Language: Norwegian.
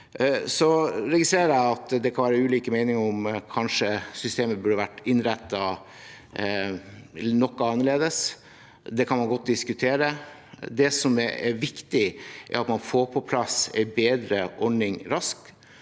Jeg registrerer at det kan være ulike meninger rundt om systemet kanskje burde vært innrettet noe annerledes. Det kan man godt diskutere. Det som er viktig, er at man får på plass en bedre ordning raskt.